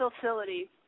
facility